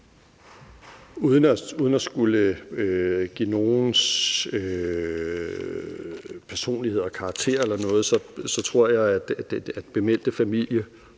Uden at skulle give nogens personligheder karakterer eller noget tror jeg, at bemeldte familie